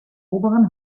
oberen